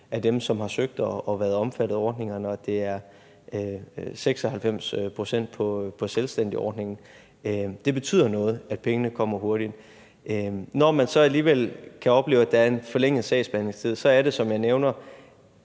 af dem, som har søgt og været omfattet af ordningerne, og det er 96 pct. på selvstændigordningen. Det betyder noget, at pengene kommer hurtigt. Når man så alligevel kan opleve, at der er en forlænget sagsbehandlingstid, så er det, som jeg nævner,